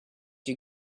you